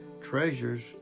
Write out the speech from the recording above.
treasures